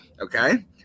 Okay